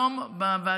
היום בבוקר,